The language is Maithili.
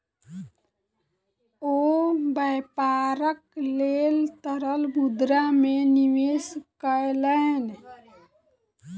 ओ व्यापारक लेल तरल मुद्रा में निवेश कयलैन